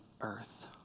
earth